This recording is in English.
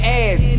ass